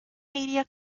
media